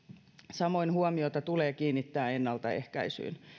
samoin huomiota tulee kiinnittää ennaltaehkäisyyn